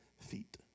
feet